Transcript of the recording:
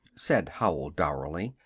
said howell dourly.